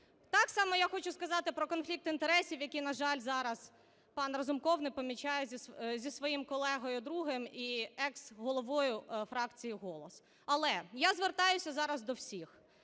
Так само я хочу сказати про конфлікт інтересів, який, на жаль, зараз пан Разумков не помічає зі своїм колегою другим і ексголовою фракції "Голос". Але я звертаюся зараз до всіх.